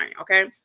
okay